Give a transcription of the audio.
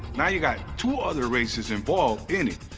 now you've got two other races involved in it.